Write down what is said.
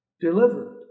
Delivered